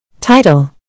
Title